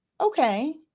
Okay